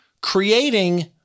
creating